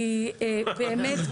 באמת,